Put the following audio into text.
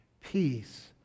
peace